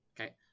Okay